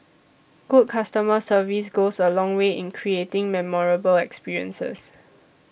good customer service goes a long way in creating memorable experiences